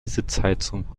sitzheizung